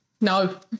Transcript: No